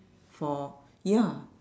for ya